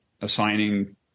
assigning